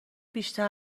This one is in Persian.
بیشتر